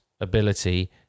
ability